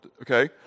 okay